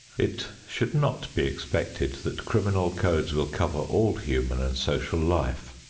it should not be expected that criminal codes will cover all human and social life.